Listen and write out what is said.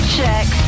Check